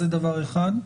זה דבר אחד.